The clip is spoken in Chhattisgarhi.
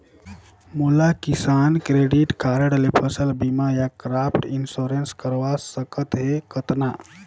मोला किसान क्रेडिट कारड ले फसल बीमा या क्रॉप इंश्योरेंस करवा सकथ हे कतना?